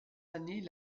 années